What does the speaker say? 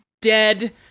dead